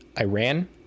Iran